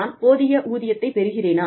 நான் போதிய ஊதியத்தைப் பெறுகிறேனா